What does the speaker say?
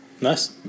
Nice